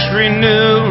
renew